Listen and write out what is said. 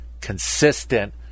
consistent